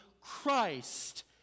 Christ